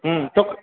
હમ તો